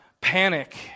panic